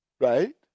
right